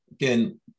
Again